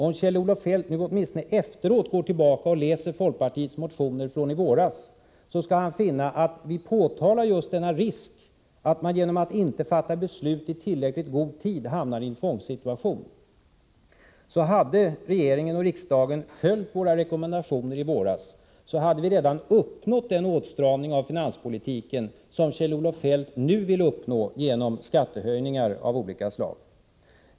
Om Kjell-Olof Feldt nu åtminstone efteråt går tillbaka och läser folkpartiets motioner från i våras, skall han finna att vi påtalar denna risk att man hamnar i en tvångssituation om man inte fattar beslut i tillräckligt god tid. Om regeringen och riksdagen hade följt våra rekommendationer i våras, hade vi redan uppnått den åtstramning av finanspolitiken som Kjell-Olof Feldt nu vill åstadkomma genom skattehöjningar av olika slag.